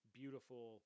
beautiful